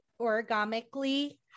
origamically